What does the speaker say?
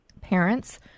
Parents